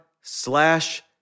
slash